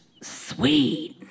sweet